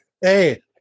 hey